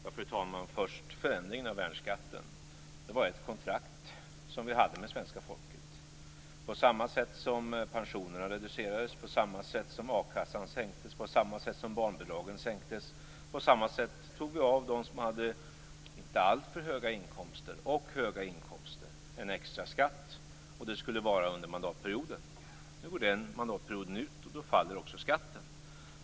Fru talman! Värnskatten var ett kontrakt som vi hade med svenska folket. På samma sätt som pensionerna reducerades, som a-kassan sänktes och som barnbidragen sänktes tog vi en extra skatt av dem som hade inte alltför höga inkomster och höga inkomster, och det skulle vara under mandatperioden. Nu går den mandatperioden ut, och då faller också skatten.